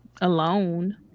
alone